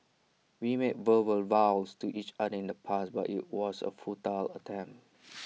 we made verbal vows to each other in the past but IT was A futile attempt